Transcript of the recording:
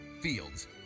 Fields